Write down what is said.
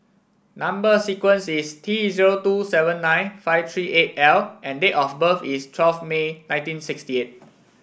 number sequence is T zero two seven nine five three eight L and date of birth is twelve May nineteen sixty eight